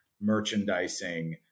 merchandising